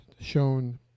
shown